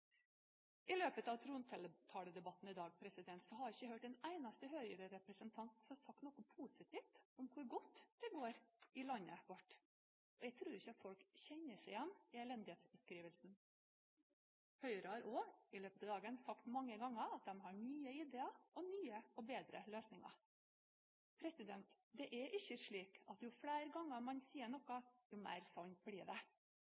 I løpet av trontaledebatten i dag har jeg ikke hørt at en eneste høyrerepresentant har sagt noe positivt om hvor godt det går i landet vårt. Jeg tror ikke folk kjenner seg igjen i elendighetsbeskrivelsen. Høyre har også i løpet av dagen sagt mange ganger at de har nye ideer og nye og bedre løsninger. Det er ikke slik at jo flere ganger man sier noe, jo mer sant blir det.